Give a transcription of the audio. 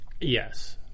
Yes